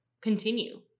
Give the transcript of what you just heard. continue